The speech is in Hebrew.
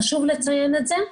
חשוב לציין את זה,